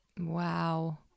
wow